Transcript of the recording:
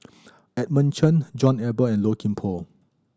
Edmund Chen John Eber and Low Kim Pong